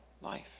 life